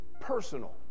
personal